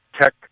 Tech